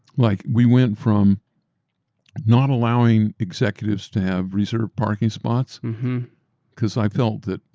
like we went from not allowing executives to have reserved parking spots because i felt that,